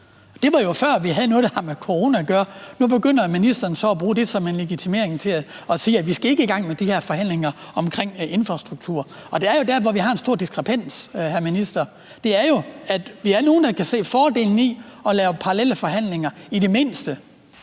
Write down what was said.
Det var jo før, vi havde noget, der havde med corona at gøre. Nu begynder ministeren så at bruge det som en legitimering af, at vi ikke skal i gang med de her forhandlinger om infrastruktur. Det er jo der, hvor der er en stor diskrepans, hr. minister. Vi er nogle, der kan se fordelen i det mindste at lave parallelle forhandlinger, således